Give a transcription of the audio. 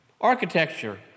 architecture